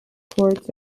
courts